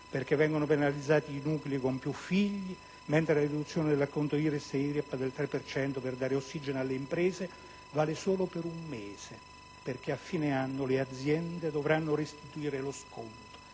infatti, penalizzati i nuclei con più figli, mentre la riduzione del 3 per cento dell'acconto IRES e IRAP per dare ossigeno alle imprese vale solo per un mese perché, a fine anno, le aziende dovranno restituire lo sconto.